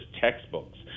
textbooks